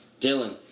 Dylan